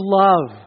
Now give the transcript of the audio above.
love